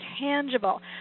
tangible